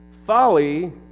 Folly